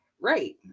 Right